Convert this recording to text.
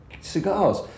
cigars